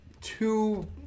two